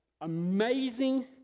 amazing